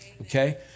Okay